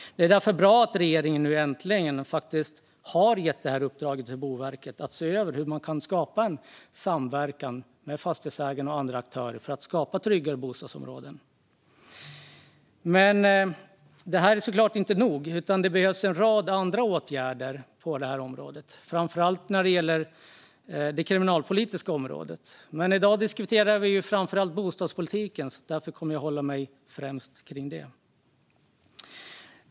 Det är därför bra att nu regeringen äntligen har gett Boverket i uppdrag att se över hur en samverkan kan skapas med fastighetsägare och andra aktörer för att få tryggare bostadsområden. Men det är såklart inte nog, utan det behövs en rad andra åtgärder på området, framför allt när det gäller kriminalpolitik. Men i dag diskuterar vi bostadspolitiken i första hand, och därför kommer jag att uppehålla mig främst kring den.